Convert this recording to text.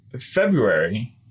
February